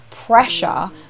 pressure